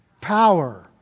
power